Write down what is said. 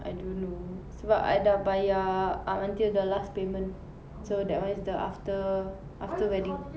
I don't know sebab I dah bayar up until the last payment so that [one] is the after after wedding